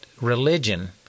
religion